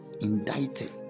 indicted